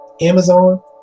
Amazon